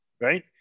right